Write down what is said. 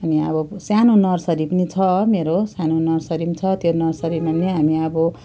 अनि अब सानो नर्सरी पनि छ मेरो सानो नर्सरी छ त्यो नर्सरीमा नि हामी अब